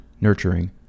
nurturing